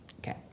Okay